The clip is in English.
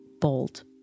Bold